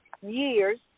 years